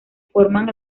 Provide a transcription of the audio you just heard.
forman